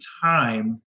time